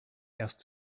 erst